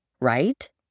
right